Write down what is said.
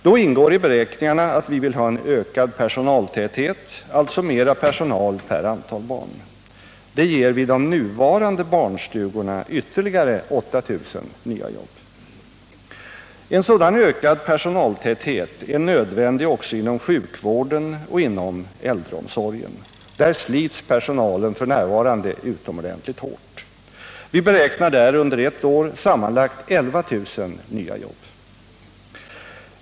Då ingår i beräkningarna att vi vill ha en ökad personaltäthet, alltså mera personal per antal barn. Det ger vid de nuvarande barnstugorna ytterligare 8 000 nya jobb. En sådan ökad personaltäthet är nödvändig också inom sjukvården och inom äldreomsorgen — där slits personalen f.n. utomordentligt hårt. Vi beräknar där under ett år sammanlagt 11 000 nya jobb.